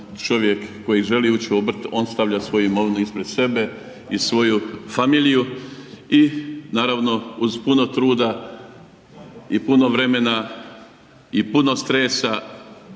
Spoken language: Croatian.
čovjek koji želi ući u obrt on stavlja svoju imovinu ispred sebe i svoju familiju i naravno uz puno truda i puno vremena i puno stresa